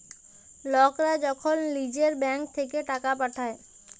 লকরা যখল লিজের ব্যাংক থ্যাইকে টাকা পাঠায়